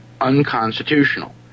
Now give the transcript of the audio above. unconstitutional